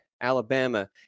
Alabama